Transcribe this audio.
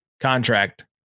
contract